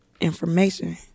information